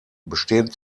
bestehen